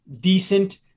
decent